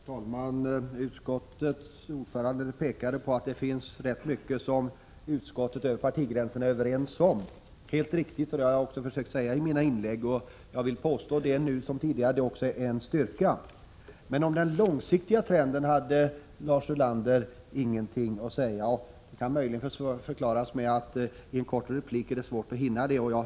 Herr talman! Utskottets ordförande pekade på att det finns rätt mycket som utskottet är överens om över partigränserna. Det är helt riktigt, och det har jag också försökt säga i mina inlägg. Jag vill påstå, nu som tidigare, att det också är en styrka. Men om den långsiktiga trenden hade Lars Ulander ingenting att säga. Det kan möjligen förklaras med att det är svårt att hinna i en kort replik.